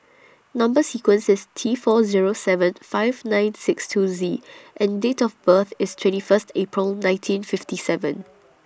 Number sequence IS T four Zero seven five nine six two Z and Date of birth IS twenty First April nineteen fifty seven